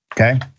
okay